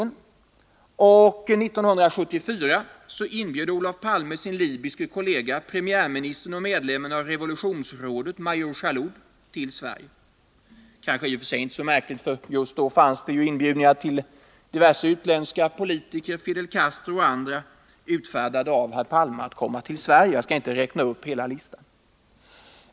1974 inbjöd Olof Palme sin libyske kollega, premiärministern och medlemmen av revolutionsrådet, major Jalloud till Sverige. Detta var kanske i och för sig inte så märkligt, för just då fanns inbjudningar utfärdade av herr Palme till diverse utländska politiker, Fidel Castro och andra, att komma till Sverige. Jag skall inte räkna upp hela listan.